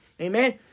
Amen